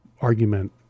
argument